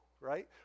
right